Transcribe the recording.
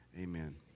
amen